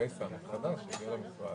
יש עוד זמן אבל בעיקרון אנחנו חילקנו את זה.